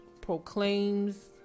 proclaims